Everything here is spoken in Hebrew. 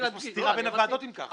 יש פה סתירה בין הוועדות, אם כך.